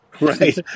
Right